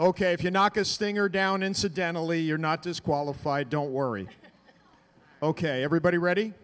ok if you knock a stinger down incidentally you're not disqualified don't worry ok everybody ready